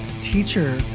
teacher